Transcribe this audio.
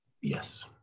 yes